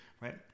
right